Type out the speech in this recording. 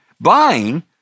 buying